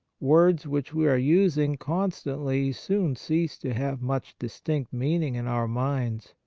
words which we are using con stantly soon cease to have much distinct meaning in our minds.